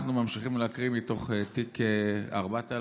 אנחנו ממשיכים להקריא מתוך תיק 4000,